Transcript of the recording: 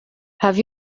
have